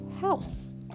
house